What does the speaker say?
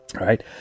right